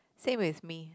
same with me